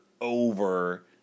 over